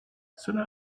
sooner